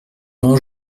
grand